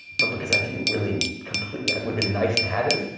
but because i didn't really completely, it would've been nice to have him.